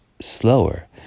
slower